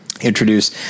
introduce